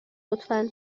لطفا